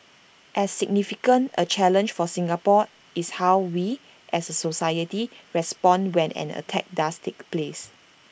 as significant A challenge for Singapore is how we as A society respond when an attack does take place